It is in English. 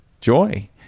joy